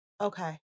Okay